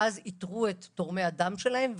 ואז איתרו את תורמי הדם שלהם,